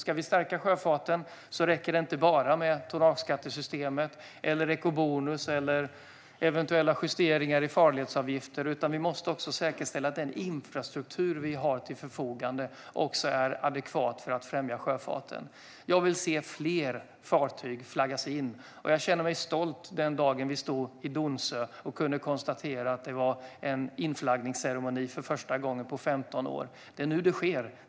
Ska vi stärka sjöfarten räcker det inte med bara tonnageskattesystemet, ECO-bonus eller eventuella justeringar i farledsavgifter, utan vi måste också säkerställa att den infrastruktur vi har till förfogande är adekvat för att främja sjöfarten. Jag vill se fler fartyg flaggas in. Jag kände mig stolt den dagen vi stod på Donsö och kunde konstatera att det var en inflaggningsceremoni för första gången på 15 år. Det är nu det sker.